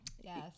Yes